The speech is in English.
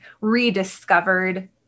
rediscovered